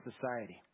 society